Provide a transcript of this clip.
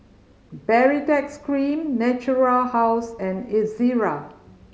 Baritex Cream Natura House and Ezerra